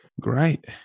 Great